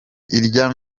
irya